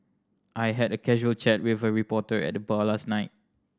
I had a casual chat with a reporter at the bar last night